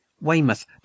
Weymouth